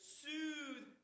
soothe